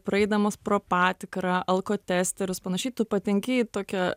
praeidamas pro patikrą alkotesterius panašiai tu patenki į tokią